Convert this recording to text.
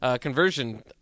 conversion